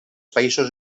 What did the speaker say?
països